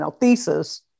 thesis